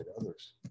others